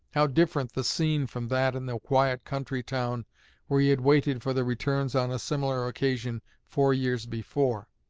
how different the scene from that in the quiet country town where he had waited for the returns on a similar occasion four years before!